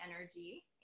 energy